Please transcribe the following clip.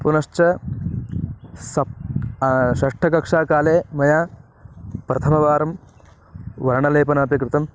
पुनश्च सप् षष्टकक्षाकाले मया प्रथमवारं वर्णलेपनमपिकृतम्